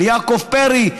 ליעקב פרי,